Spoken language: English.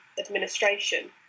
administration